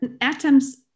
atoms